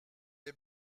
est